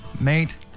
Mate